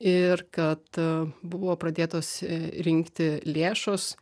ir kad buvo pradėtos rinkti lėšos